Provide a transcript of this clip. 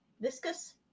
Viscous